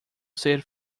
ser